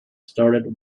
started